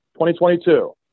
2022